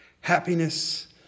Happiness